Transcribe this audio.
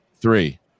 three